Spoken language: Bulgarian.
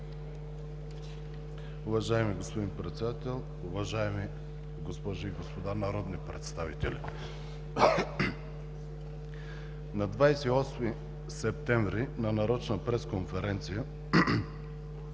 Уважаеми господин Председател, уважаеми госпожи и господа народни представители! На 28 септември на нарочна пресконференция